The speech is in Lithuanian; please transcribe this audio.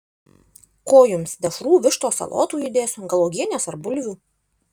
ko jums dešrų vištos salotų įdėsiu gal uogienės ar bulvių